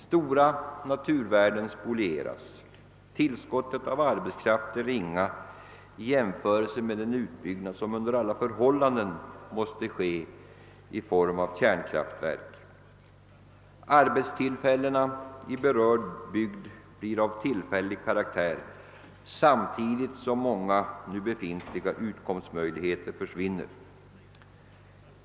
Stora naturvärden spolieras och tillskottet av sysselsättning är ringa; i jämförelse med den utbyggnad som under alla förhållanden måste ske på kärnkraftsområdet är tillskottet av elkraft litet. Arbetstillfällena i berörda bygder blir av tillfällig karaktär samtidigt som många nu befintliga utkomstmöjligheter försvinner.